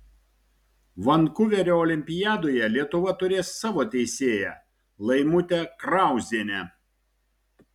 vankuverio olimpiadoje lietuva turės savo teisėją laimutę krauzienę